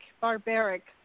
Barbaric